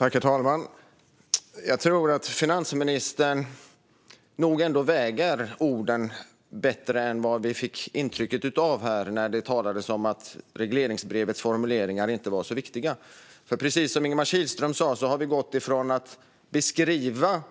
Herr talman! Jag tror att finansministern nog ändå väger orden bättre än vi fick intryck av när det talades om att regleringsbrevets formuleringar inte är så viktiga. Precis som Ingemar Kihlström sa har ju beskrivningen av